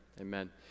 Amen